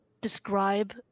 describe